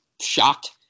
shocked